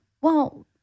Well-